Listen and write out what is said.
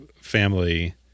family